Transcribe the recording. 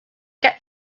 get